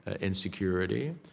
insecurity